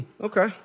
okay